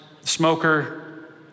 smoker